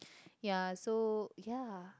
ya so ya